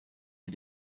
est